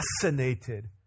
fascinated